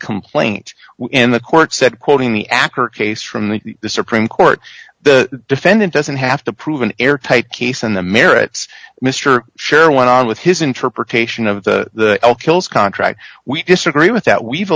complaint in the court said quoting the acar case from the supreme court the defendant doesn't have to prove an airtight case on the merits mr sharon went on with his interpretation of the hills contract we disagree with